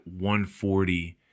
140